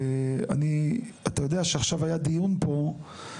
ואני, אתה יודע שעכשיו היה דיון פה.